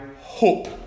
hope